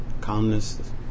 calmness